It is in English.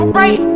right